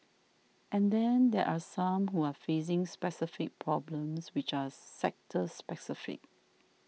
and then there are some who are facing specific problems which are sector specific